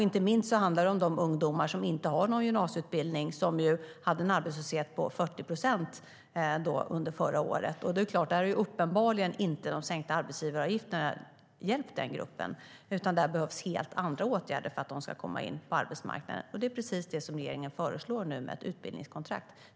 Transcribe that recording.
Inte minst handlar det om de ungdomar som inte har någon gymnasieutbildning och som hade en arbetslöshet på 40 procent under förra året. Uppenbarligen har de sänkta arbetsgivaravgifterna inte hjälpt den gruppen, utan där behövs helt andra åtgärder för att de ska komma in på arbetsmarknaden. Det är precis det som regeringen nu föreslår med ett utbildningskontrakt.